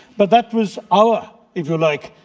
but that was our, if you like,